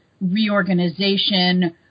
reorganization